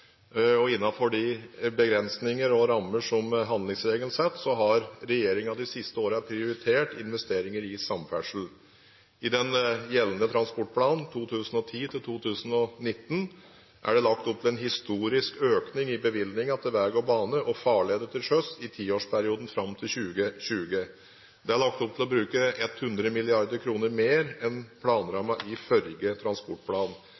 de begrensninger og rammer som handlingsregelen setter, har regjeringen de siste årene prioritert investeringer i samferdsel. I den gjeldende transportplanen, 2010–2019, er det lagt opp til en historisk økning i bevilgningene til vei, bane og farleder til sjøs i tiårsperioden fram til 2020. Det er lagt opp til å bruke 100 mrd. kr mer enn planrammen i forrige transportplan.